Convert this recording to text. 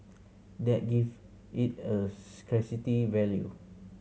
that give it a scarcity value